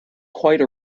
quite